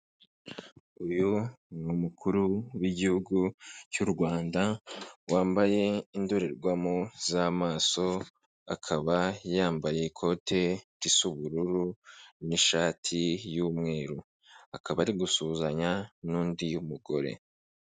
Uyu ni umukuru w'igihugu cy'u Rwanda, wambaye indorerwamo, z'amaso, akaba yambaye ikote risa ubururu, n'ishati y'umweru. Akaba ari gusuhuzanya, n'undi mugore.